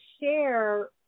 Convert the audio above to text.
share